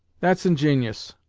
that's ingen'ous,